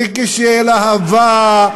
וכשלהב"ה,